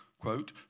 quote